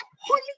holy